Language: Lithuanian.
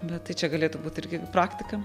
bet tai čia galėtų būt irgi praktika